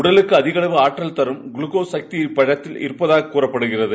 உடலுக்கு அதிக அளவு ஆற்றல்தரும் குளுக்கோஸ் சக்தி இப்பழத்தில் இருப்பதாக கூறப்படுகிறது